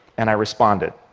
and i responded.